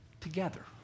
together